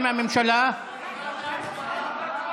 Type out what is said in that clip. מה שירדנה תגיד,